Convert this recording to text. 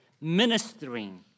ministering